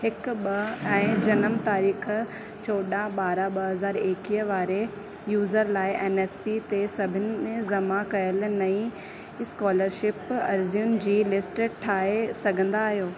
हिकु ॿ ऐं जनम तारीख़ चौॾाहं बारहं ॿ हज़ार एक्वीह वारे यूज़र लाइ एन एस ते सभिनि जमा कयल नईं स्कॉलरशिप अर्ज़ियुनि जी लिस्ट ठाहे सघंदा आहियो